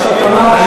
ואתה תאמר.